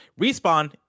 respawn